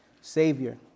Savior